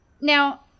Now